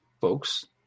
folks